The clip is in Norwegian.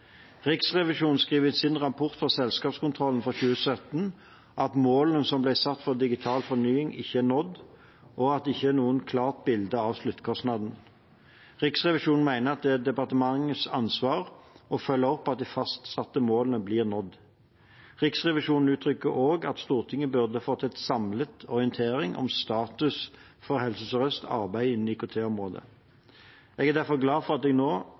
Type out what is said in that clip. Riksrevisjonen skriver i sin rapport fra selskapskontrollen for 2017 at målene som ble satt for Digital fornying, ikke er nådd, og at det ikke er noe klart bilde av sluttkostnaden. Riksrevisjonen mener at det er departementets ansvar å følge opp at de fastsatte målene blir nådd. Riksrevisjonen uttrykker også at Stortinget burde ha fått en samlet orientering om status for Helse Sør-Østs arbeid innen IKT-området. Jeg er derfor glad for at jeg nå